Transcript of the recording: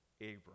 Abram